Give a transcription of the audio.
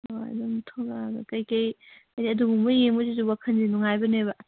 ꯑꯣ ꯑꯗꯨꯝ ꯊꯣꯛꯂꯛꯑꯒ ꯀꯔꯤ ꯀꯔꯤ ꯑꯗꯨꯒꯨꯝꯕ ꯌꯦꯡꯕꯁꯤꯁꯨ ꯋꯥꯈꯜ ꯅꯨꯡꯉꯥꯏꯕꯅꯦꯕ